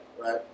right